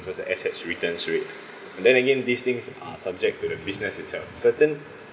what's the asset's returns rates but then again these things are subject to the business itself certain